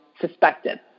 suspected